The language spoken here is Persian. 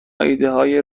ایدههای